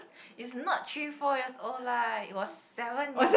it's not three four years old lah it was seven years